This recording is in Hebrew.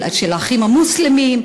של "האחים המוסלמים",